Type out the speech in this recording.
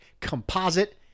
composite